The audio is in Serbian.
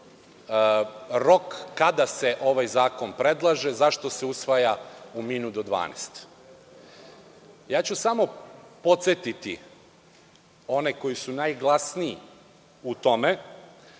rok kada se ovaj zakon predlaže i zašto se usvaja u minut do dvanaest, samo ću podsetiti one koji su najglasniji u tome